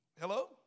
Hello